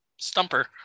stumper